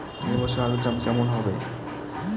এ বছর আলুর দাম কেমন হবে?